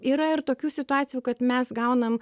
yra ir tokių situacijų kad mes gaunam